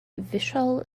vishal